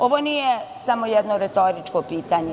Ovo nije samo jedno retoričko pitanje.